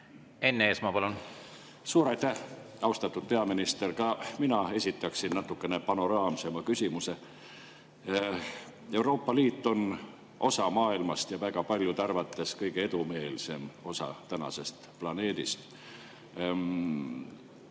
Enn Eesmaa, palun! Suur aitäh! Austatud peaminister! Ka mina esitaksin natukene panoraamsema küsimuse. Euroopa Liit on osa maailmast ja väga paljude arvates kõige edumeelsem osa planeedist.